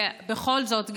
ובכל זאת,